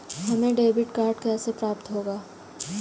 हमें debit card कैसे प्राप्त होगा?